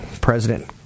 President